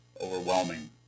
Overwhelming